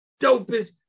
dopest